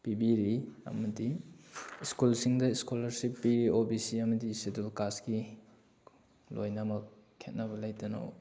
ꯄꯤꯕꯤꯔꯤ ꯑꯃꯗꯤ ꯁ꯭ꯀꯨꯜꯁꯤꯡꯗ ꯏꯁꯀꯣꯂꯔꯁꯤꯞ ꯄꯤꯔꯤ ꯑꯣ ꯕꯤ ꯁꯤ ꯑꯃꯗꯤ ꯁꯦꯗꯨꯜ ꯀꯥꯁꯀꯤ ꯂꯣꯏꯅꯃꯛ ꯈꯦꯠꯅꯕ ꯂꯩꯇꯅ